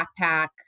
backpack